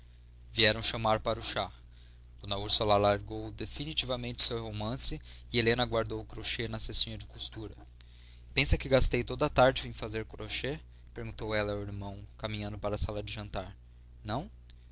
vieram chamar para o chá d úrsula largou definitivamente o seu romance e helena guardou o crochet na cestinha de costura pensa que gastei toda a tarde em fazer crochet perguntou ela ao irmão caminhando para a sala de jantar não